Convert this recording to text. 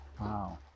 wow